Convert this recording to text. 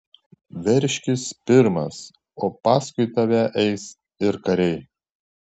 veržkis pirmas o paskui tave eis ir kariai